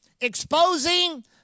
exposing